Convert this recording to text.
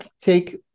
take